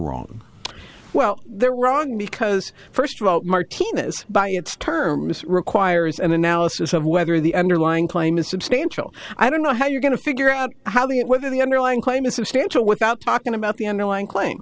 wrong well they're wrong because first of all martinez by its terms requires an analysis of whether the underlying claim is substantial i don't know how you're going to figure out how the whether the underlying claim is substantial without talking about the underlying claim